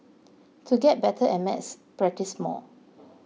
to get better at maths practise more